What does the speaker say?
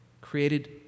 created